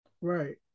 Right